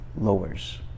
lowers